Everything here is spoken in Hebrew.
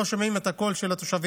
לא שומעים את הקול של התושבים,